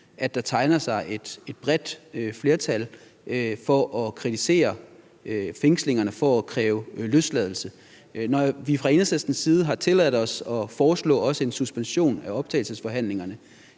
at der tegner sig et bredt flertal for at kritisere fængslingerne og for at kræve løsladelse. Når vi fra Enhedslistens side har tilladt os at foreslå også en suspension af optagelsesforhandlingerne,